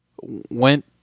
went